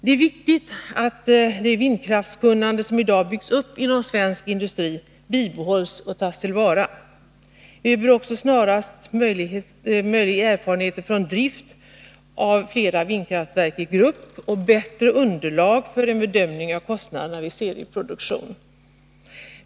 Det är viktigt att det vindkraftskunnande som byggts upp inom svensk industri bibehålls och tas till vara. Vi behöver också snarast möjligt erfarenheter från drift av flera vindkraftverk i grupp och bättre underlag för en bedömning av kostnaderna vid serieproduktion.